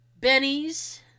Benny's